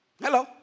hello